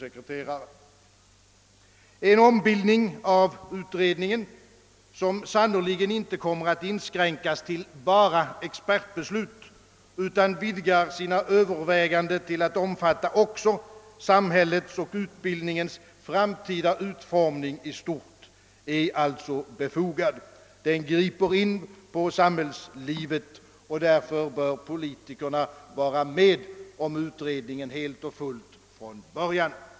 En ombildning av utredningen, som sannerligen inte kommer att inskränkas till bara expertbeslut utan vidgar sina överväganden till att omfatta även samhällets och utbildningens framtida utformning i stort, är alltså befogad. Den griper in på samhällslivet, och därför bör politikerna vara med om utredningen helt och fullt från början.